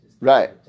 Right